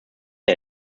der